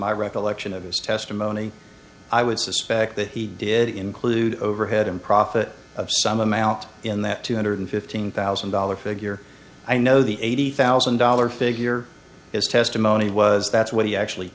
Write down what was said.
my recollection of his testimony i would suspect that he did include overhead and profit of some amount in that two hundred fifteen thousand dollars figure i know the eighty thousand dollars figure his testimony was that's what he actually